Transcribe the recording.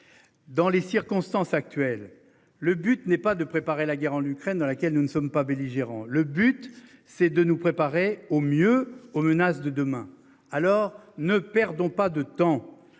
Dans les circonstances actuelles, le but n'est pas de préparer la guerre en Ukraine dans laquelle nous ne sommes pas belligérants. Le but, c'est de nous préparer au mieux aux menaces de demain. Alors ne perdons pas de temps.